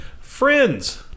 Friends